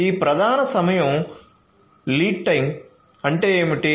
ఈ ప్రధాన సమయం ఏమిటి